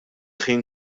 ħin